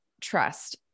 Trust